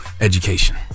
education